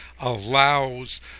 allows